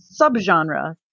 subgenre